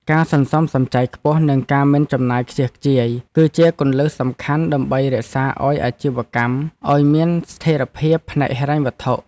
ការសន្សំសំចៃខ្ពស់និងការមិនចំណាយខ្ជះខ្ជាយ គឺជាគន្លឹះសំខាន់ដើម្បីរក្សាឱ្យអាជីវកម្មឱ្យមានស្ថិរភាពផ្នែកហិរញ្ញវត្ថុ។